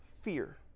fear